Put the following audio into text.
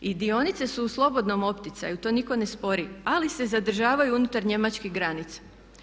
I dionice su u slobodnom opticaju, to nitko ne spori, ali se zadržavaju unutar njemačke granice.